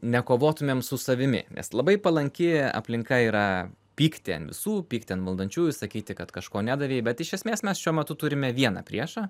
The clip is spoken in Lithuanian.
nekovotumėm su savimi nes labai palanki aplinka yra pykti an visų pykti an valdančiųjų sakyti kad kažko nedavė bet iš esmės mes šiuo metu turime vieną priešą